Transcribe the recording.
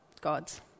God's